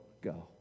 go